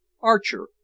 Archer